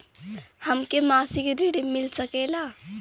हमके मासिक ऋण मिल सकेला?